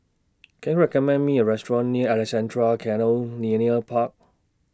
Can YOU recommend Me A Restaurant near Alexandra Canal Linear Park